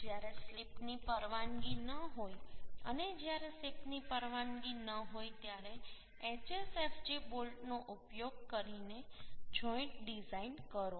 જ્યારે સ્લિપની પરવાનગી ન હોય અને જ્યારે સ્લિપની પરવાનગી હોય ત્યારે HSFG બોલ્ટનો ઉપયોગ કરીને જોઈન્ટ ડિઝાઇન કરો